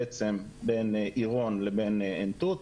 בעצם בין עירון לבין עין תות,